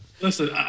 Listen